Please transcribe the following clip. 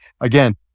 Again